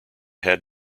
had